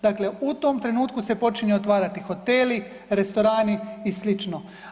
Dakle, u tom trenutku se počinju otvarati hoteli, restorani i slično.